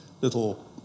little